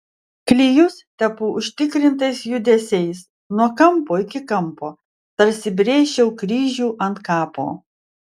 klijus tepu užtikrintais judesiais nuo kampo iki kampo tarsi brėžčiau kryžių ant kapo